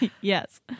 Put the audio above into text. Yes